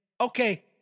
okay